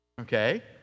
okay